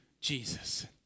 Jesus